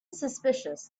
suspicious